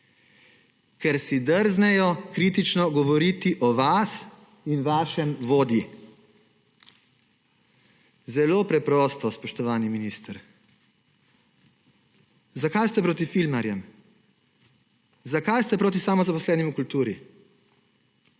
Ker si drznejo kritično govoriti o vas in vašem vodji. Zelo preprosto, spoštovani minister. Zakaj ste proti filmarjem, zakaj ste proti samozaposlenim v kulturi,